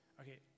Okay